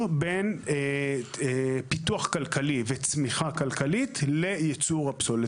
בין פיתוח כלכלי וצמיחה כלכלית לייצור הפסולת.